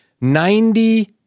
Ninety